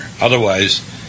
Otherwise